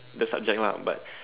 the subject lah but